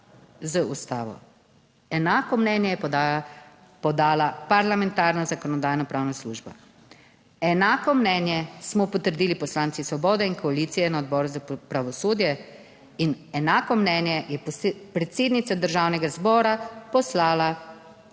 z Ustavo. Enako mnenje je podala parlamentarna Zakonodajno-pravna služba. Enako mnenje smo potrdili poslanci Svobode in koalicije na Odboru za pravosodje in enako mnenje je predsednica Državnega zbora poslala